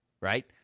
right